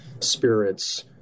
spirits